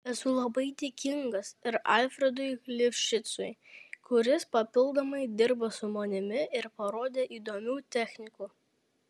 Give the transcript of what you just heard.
esu labai dėkingas ir alfredui lifšicui kuris papildomai dirba su manimi ir parodė įdomių technikų